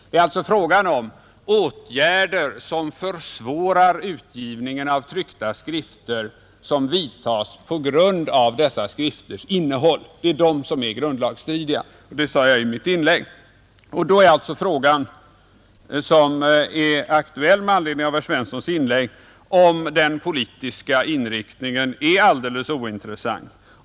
Det är alltså åtgärder som försvårar utgivningen av tryckta skrifter och som vidtas på grund av dessa skrifters innehåll som är grundlagstridiga. Det sade jag i mitt inlägg. Den fråga som är aktuell med anledning av herr Svenssons inlägg är alltså om den politiska inriktningen är alldeles ointressant.